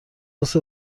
مثه